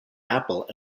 apple